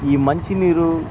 ఈ మంచినీరు